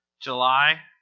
July